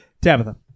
Tabitha